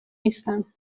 نیستم